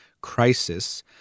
crisis